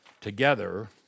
together